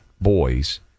boys